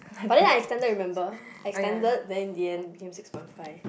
but then I extended remember I extended then at the end became six point five